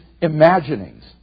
imaginings